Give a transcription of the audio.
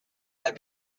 have